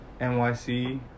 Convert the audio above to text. NYC